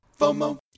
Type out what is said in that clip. FOMO